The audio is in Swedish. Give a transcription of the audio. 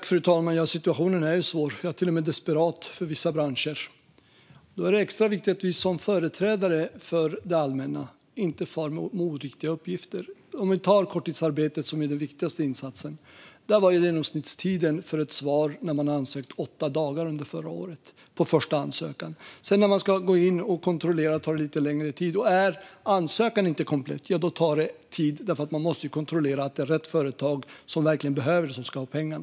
Fru talman! Situationen är svår och till och med desperat för vissa branscher. Då är det extra viktigt att vi som företrädare för det allmänna inte far med oriktiga uppgifter. Exempelvis när det gäller korttidsarbetet, som är den viktigaste insatsen, var genomsnittstiden förra året åtta dagar för ett svar på den första ansökan. När man ska gå in och kontrollera tar det lite längre tid. Och om ansökan inte är komplett tar det tid, eftersom man måste kontrollera att det är rätt företag som verkligen behöver detta som ska ha pengarna.